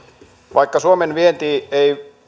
vaikka suomen vienti ei